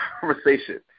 conversation